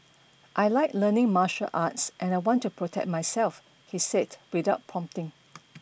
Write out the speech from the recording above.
I like learning martial arts and I want to protect myself he said without prompting